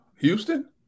Houston